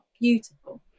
Beautiful